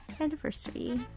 anniversary